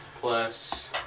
Plus